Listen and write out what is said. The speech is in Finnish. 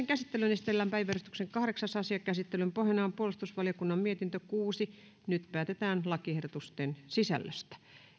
käsittelyyn esitellään päiväjärjestyksen kahdeksas asia käsittelyn pohjana on puolustusvaliokunnan mietintö kuusi nyt päätetään lakiehdotusten sisällöstä